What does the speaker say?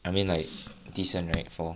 I mean like decent right four